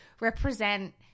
represent